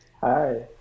hi